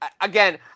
again